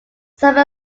some